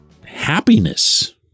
happiness